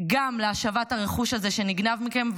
גם להשבת הרכוש הזה שנגנב מכם,